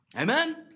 Amen